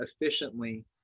efficiently